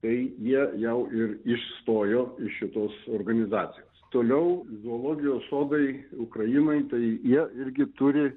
tai jie jau ir išstojo iš šitos organizacijos toliau zoologijos sodai ukrainoj tai jie irgi turi